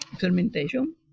fermentation